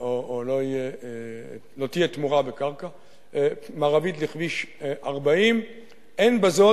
או לא תהיה תמורה בקרקע מערבית לכביש 40. אין בזאת,